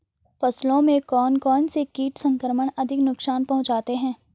फसलों में कौन कौन से कीट संक्रमण अधिक नुकसान पहुंचाते हैं?